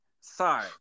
sorry